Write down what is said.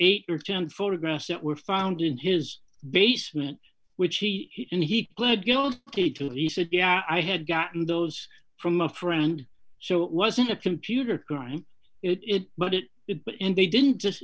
eight or ten photographs that were found in his basement which he and he pled guilty to research yeah i had gotten those from a friend so it wasn't a computer crime it but it in they didn't just